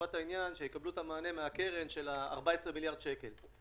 שהם יקבלו את המענה מהקרן של ה-14 מיליארד שקל.